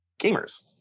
gamers